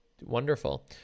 wonderful